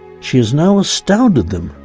she has now astounded them,